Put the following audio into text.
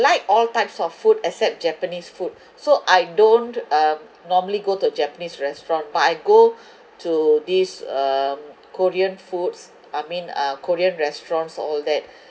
all types of food except japanese food so I don't uh normally go to japanese restaurant but I go to this um korean foods I mean uh korean restaurants all that